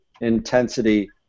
intensity